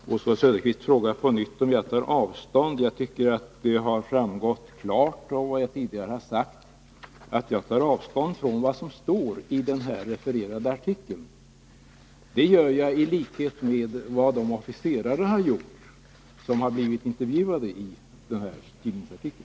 Fru talman! Oswald Söderqvist frågar på nytt om jag tar avstånd. Jag tycker att det har framgått klart av vad jag tidigare har sagt, att jag tar avstånd från vad som står i den refererade artikeln. Det gör jag i likhet med vad de officerare har gjort som blivit intervjuade i denna tidningsartikel.